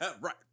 Right